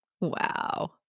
Wow